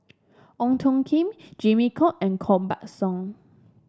Ong Tjoe Kim Jimmy Chok and Koh Buck Song